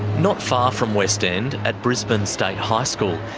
not far from west end, at brisbane state high school,